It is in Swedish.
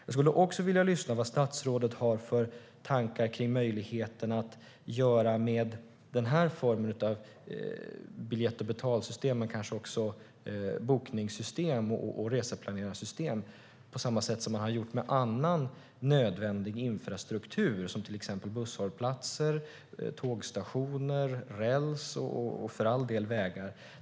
Jag skulle också vilja höra vad statsrådet har för tankar om möjligheten att göra med den här formen av biljett och betalsystem och kanske också bokningssystem och reseplanerarsystem på samma sätt som man har gjort med annan nödvändig infrastruktur som till exempel busshållplatser, tågstationer, räls och för all del vägar.